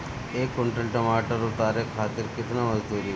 एक कुंटल टमाटर उतारे खातिर केतना मजदूरी लागी?